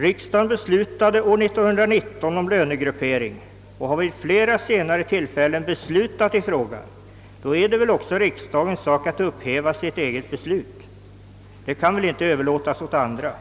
Riksdagen fattade år 1919 beslut om lönegruppering och har vid flera senare tillfällen på nytt beslutat i frågan. Då är det väl också riksdagens sak att upphäva sitt eget beslut — detta kan inte överlåtas åt andra.